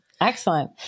Excellent